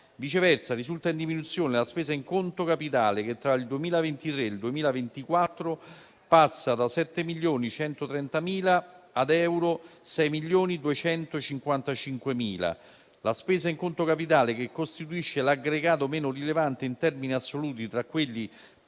Viceversa, risulta in diminuzione la spesa in conto capitale che, tra il 2023 e il 2024, passa da 7,13 milioni di euro a 6,255 milioni. La spesa in conto capitale, che costituisce l'aggregato meno rilevante in termini assoluti tra quelli precedentemente